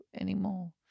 anymore